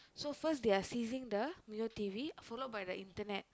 so first they are ceasing the Mio T_V followed by the internet